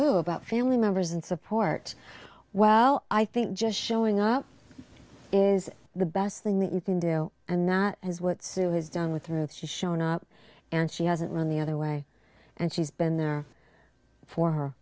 about family members and support well i think just showing up is the best thing that you can do and not as what sue has done with her if she's shown up and she hasn't run the other way and she's been there for her